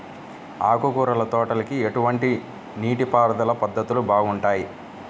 ఆకుకూరల తోటలకి ఎటువంటి నీటిపారుదల పద్ధతులు బాగుంటాయ్?